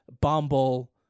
Bumble